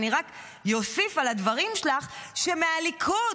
אני רק אוסיף על הדברים שלך שאפילו מהליכוד,